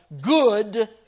good